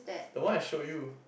the one I showed you